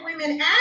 women